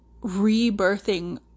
rebirthing